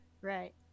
Right